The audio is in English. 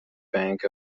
bank